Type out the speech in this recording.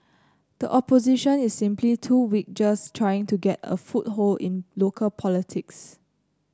the Opposition is simply too weak just trying to get a foothold in local politics